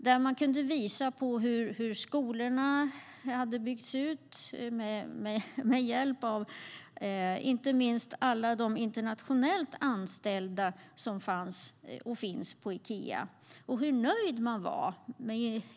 I inslaget kunde man visa på hur skolorna hade byggts ut med hjälp av anställda på Ikea, inte minst alla de internationellt anställda som fanns och finns där, och hur nöjd man var.